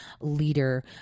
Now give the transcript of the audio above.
leader